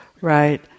right